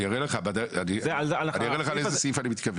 אני אראה לך לאיזה סעיף אני מתכוון.